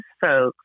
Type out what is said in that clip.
folks